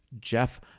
Jeff